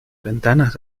ventanas